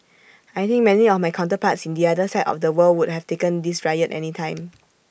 I think many of my counterparts in the other side of the world would have taken this riot any time